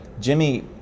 Jimmy